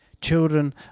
Children